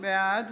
בעד